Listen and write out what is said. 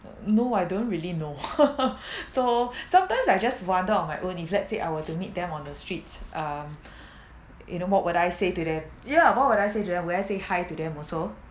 no I don't really know so sometimes I just wonder on my own if let's say I were to meet them on the streets um you know what would I say to them yeah what would I say to them will I say hi to them also